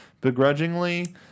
begrudgingly